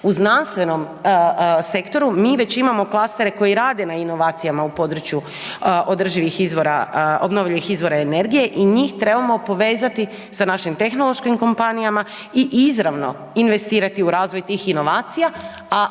U znanstvenom sektoru mi već imamo klastere koji rade na inovacijama u području održivih izvora, obnovljivih izvora energije i njih trebamo povezati sa našim tehnološkim kompanijama i izravno investirati u razvoj tih inovacija, a